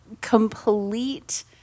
complete